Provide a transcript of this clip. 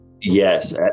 Yes